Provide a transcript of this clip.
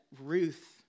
Ruth